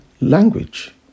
language